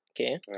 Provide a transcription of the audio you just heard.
okay